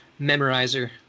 memorizer